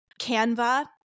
Canva